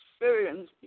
experience